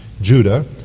Judah